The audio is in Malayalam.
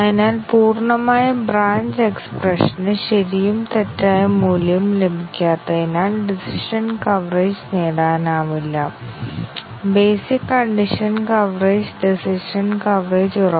അതിനാൽ എന്താണ് ആവശ്യമെന്ന് നിങ്ങൾ കരുതുന്നു കൂടാതെ black box white box testing എന്നിവ ആവശ്യമാണെങ്കിൽ ബ്ലാക്ക് ബോക്സ് ടെസ്റ്റിംഗിലൂടെ മാത്രം കണ്ടെത്താനാകാത്ത തരത്തിലുള്ള ബഗുകളുടെ ഉദാഹരണങ്ങൾ നിങ്ങൾ നൽകണം കൂടാതെ നിങ്ങൾ ഒരു ഉദാഹരണമായിരിക്കണം വൈറ്റ് ബോക്സ് ടെസ്റ്റിംഗിലൂടെ മാത്രം കണ്ടെത്താൻ കഴിയാത്ത ബഗുകൾ